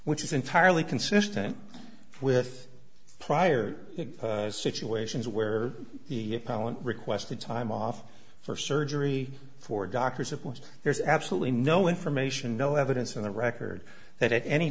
which is entirely consistent with prior situations where the palin requested time off for surgery for doctors of course there's absolutely no information no evidence in the record that at any